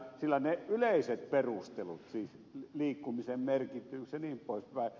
ne yleiset perusteluthan siis liikkumisen merkitys jnp